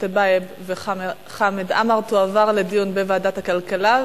טיבייב וחמד עמאר תועברנה לדיון בוועדת הכלכלה,